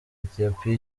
ethiopia